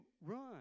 run